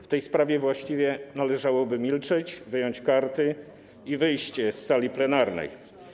W tej sprawie właściwie należałoby milczeć, wyjąć karty i wyjść z sali plenarnej.